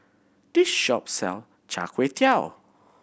this shop sell chai kway tow